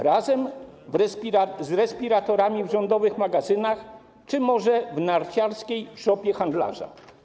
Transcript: Razem z respiratorami w rządowych magazynach czy może w narciarskiej szopie handlarza?